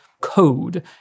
code